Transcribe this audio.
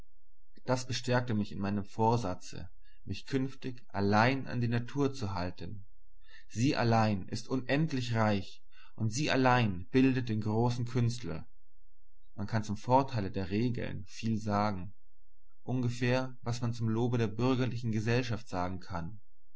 das bestärkte mich in meinem vorsatze mich künftig allein an die natur zu halten sie allein ist unendlich reich und sie allein bildet den großen künstler man kann zum vorteile der regeln viel sagen ungefähr was man zum lobe der bürgerlichen gesellschaft sagen kann